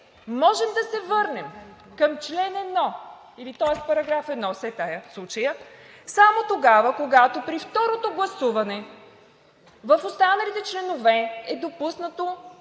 можем да се върнем към чл. 1 или § 1, в случая все тая, и само тогава, когато при второто гласуване в останалите членове е допуснато